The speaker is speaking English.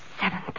seventh